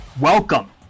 Welcome